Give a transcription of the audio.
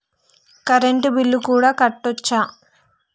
Current bill కూడా కట్టొచ్చా?